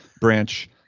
branch